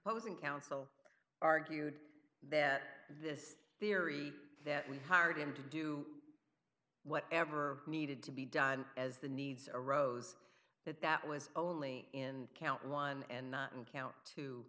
opposing counsel argued that this theory that we hired him to do whatever needed to be done as the needs arose that that was only in count one and not in count t